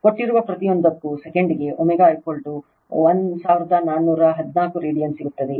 ಕೊಟ್ಟಿರುವ ಪ್ರತಿಯೊಂದಕ್ಕೂ ಸೆಕೆಂಡಿಗೆ ω 1414 ರೇಡಿಯನ್ ಸಿಗುತ್ತದೆ